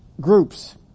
groups